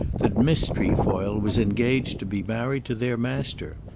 that miss trefoil was engaged to be married to their master.